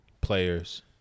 players